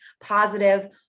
positive